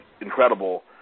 incredible